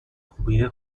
خوبیه